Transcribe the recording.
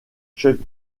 chuck